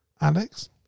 Alex